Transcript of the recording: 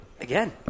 Again